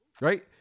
Right